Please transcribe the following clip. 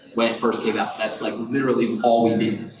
when it first came out. that's like literally all we did.